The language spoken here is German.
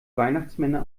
weihnachtsmänner